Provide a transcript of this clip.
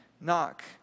Knock